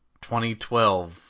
2012